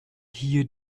hier